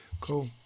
Cool